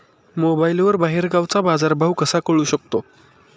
मोबाईलवर बाहेरगावचा बाजारभाव कसा कळू शकतो?